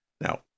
Now